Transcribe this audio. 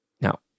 Now